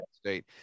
State